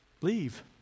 Leave